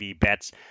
bets